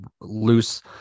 loose